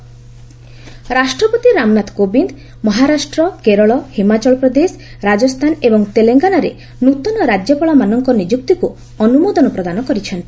governor appointment ରାଷ୍ଟ୍ରପତି ରାମନାଥ କୋବିନ୍ଦ ମହାରାଷ୍ଟ୍ର କେରଳ ହିମାଚଳ ପ୍ରଦେଶ ରାଜସ୍ଥାନ ଏବଂ ତେଲେଙ୍ଗାନାରେ ନୃତନ ରାଜ୍ୟପାଳମାନଙ୍କ ନିଯୁକ୍ତିକୁ ଅନ୍ଦ୍ରମୋଦନ ପ୍ରଦାନ କରିଛନ୍ତି